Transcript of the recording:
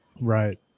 Right